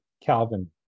Calvin